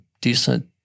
decent